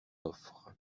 offre